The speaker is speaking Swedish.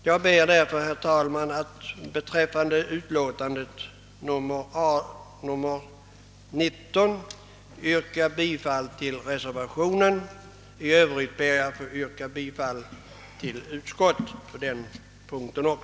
Jag kommer därför, herr talman, senare att yrka bifall till reservationen i jordbruksutskottets utlåtande nr 19.